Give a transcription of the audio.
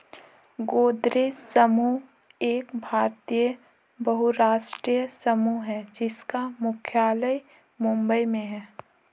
गोदरेज समूह एक भारतीय बहुराष्ट्रीय समूह है जिसका मुख्यालय मुंबई में है